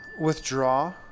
withdraw